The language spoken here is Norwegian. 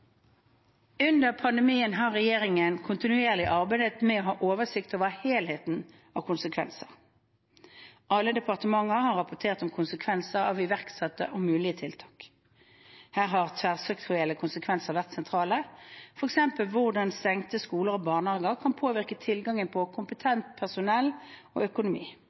Under pandemien har regjeringen kontinuerlig arbeidet med å ha oversikt over helheten av konsekvenser. Alle departementer har rapportert om konsekvenser av iverksatte og mulige tiltak. Her har tverrsektorielle konsekvenser vært sentrale, f.eks. hvordan stengte skoler og barnehager kan påvirke tilgangen på kompetent personell og økonomi,